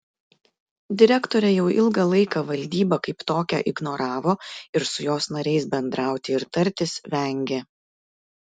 direktorė jau ilgą laiką valdybą kaip tokią ignoravo ir su jos nariais bendrauti ir tartis vengė